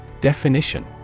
Definition